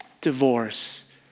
divorce